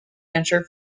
venture